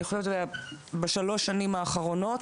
אני חושבת שבשלוש שנים האחרונות,